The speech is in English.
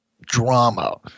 drama